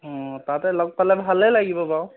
অঁ তাতে লগ পালে ভালেই লাগিব বাৰু